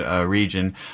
Region